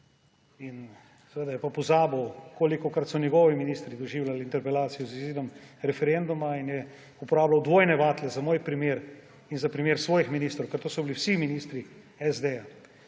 Seveda je pa pozabil, kolikokrat so njegovi ministri doživljali interpelacijo z izidom referenduma; in je uporabljal dvojne vatle za moj primer in za primer svojih ministrov, ker to so bili vsi ministri SD-ja.